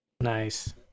Nice